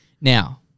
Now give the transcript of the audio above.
Now